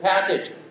passage